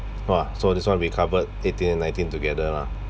!wah! so this one we covered eighteen and nineteen together lah